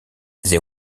they